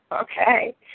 okay